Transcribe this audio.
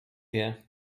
wie